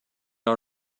our